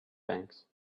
banks